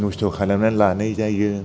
नस्थ' खालामनानै लानाय जायो